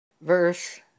verse